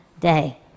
day